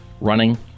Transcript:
running